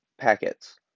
packets